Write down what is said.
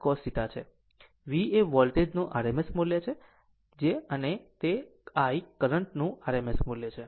V એ voltage નું RMS મૂલ્ય છે અને I કરંટ નું RMS મૂલ્ય છે